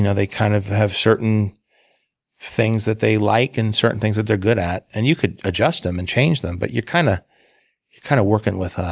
and they kind of have certain things that they like, and certain things that they're good at. and you could adjust them, and change them, but you're kinda kind of kind of working with